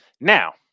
now